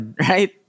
right